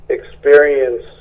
experience